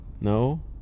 No